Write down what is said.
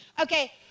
Okay